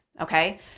Okay